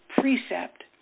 precept